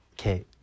Okay